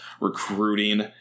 recruiting